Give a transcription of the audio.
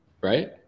right